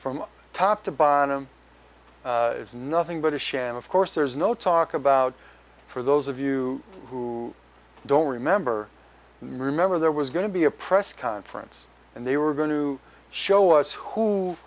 from top to bottom is nothing but a sham of course there's no talk about for those of you who don't remember remember there was going to be a press conference and they were going to show us who